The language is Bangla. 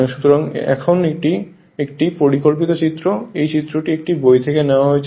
সুতরাং এখন এটি একটি পরিকল্পিত চিত্র এই চিত্রটি একটি বই থেকে নেওয়া হয়েছে